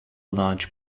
large